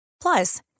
Plus